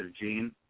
gene